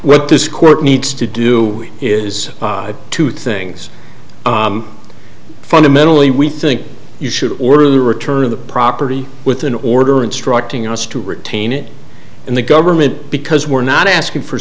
what this court needs to do is two things fundamentally we think you should order the return of the property with an order instructing us to retain it in the government because we're not asking for